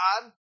God